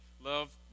Love